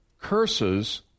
curses